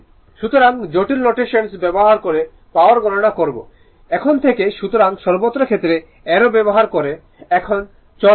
সুতরাং জটিল নোটেশনস ব্যবহার করে পাওয়ার গণনা করব এখন থেকে সুতরাং সর্বত্র ক্ষেত্রে অ্যারো ব্যবহার করে এখন চলবে না